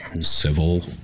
civil